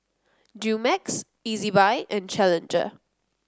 Dumex Ezbuy and Challenger